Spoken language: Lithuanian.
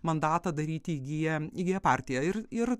mandatą daryti įgyja įgyja partiją ir ir